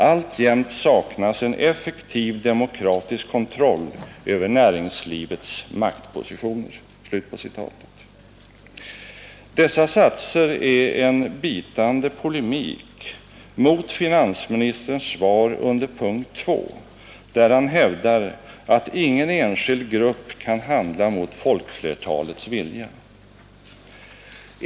——— Alltjämt saknas en effektiv demokratisk kontroll över näringslivets maktpositioner.” Dessa satser är en bitande polemik mot finansministerns svar under punkt 2, där han hävdar ”att ingen enskild grupp kan handla mot folkflertalets vilja”.